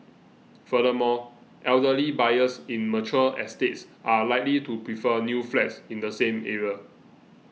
furthermore elderly buyers in mature estates are likely to prefer new flats in the same area